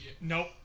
Nope